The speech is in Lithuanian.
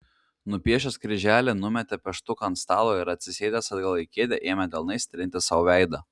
nupiešęs kryželį numetė pieštuką ant stalo ir atsisėdęs atgal į kėdę ėmė delnais trinti sau veidą